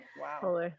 Wow